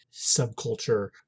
subculture